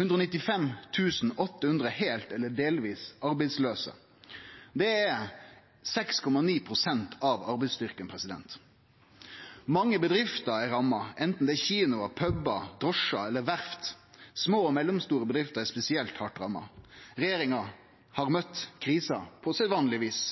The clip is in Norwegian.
195 800 heilt eller delvis arbeidslause. Det er 6,9 pst. av arbeidsstyrken. Mange bedrifter er ramma, anten det er kinoar, pubar, drosjar eller verft. Små og mellomstore bedrifter er spesielt hardt ramma. Regjeringa har møtt krisa på sedvanleg vis.